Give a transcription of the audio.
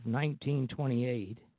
1928